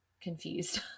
confused